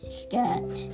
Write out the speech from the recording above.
skirt